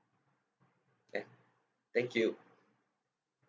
can thank you